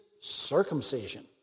circumcision